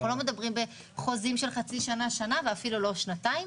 אנחנו לא מדברים בחוזים של חצי שנה-שנה ואפילו לא בשנתיים.